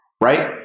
right